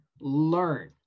learn